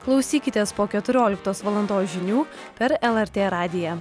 klausykitės po keturioliktos valandos žinių per lrt radiją